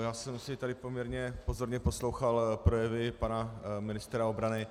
Já jsem tady poměrně pozorně poslouchal projevy pana ministra obrany.